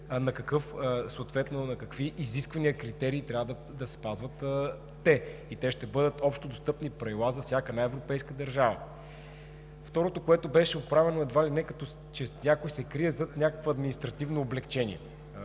какви изисквания и критерии трябва да спазват те, и те ще бъдат общодостъпни правила за всяка една европейска държава. Второто, което беше отправено – едва ли не като че някой се крие зад някакво административно облекчение.